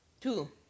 two